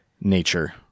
nature